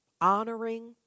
honoring